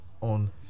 on